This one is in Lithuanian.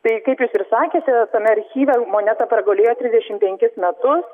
tai kaip jūs ir sakėte tame archyve moneta pragulėjo trisdešim penkis metus